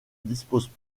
disposent